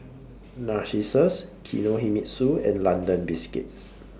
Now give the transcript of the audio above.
Narcissus Kinohimitsu and London Biscuits